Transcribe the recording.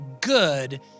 good